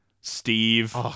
Steve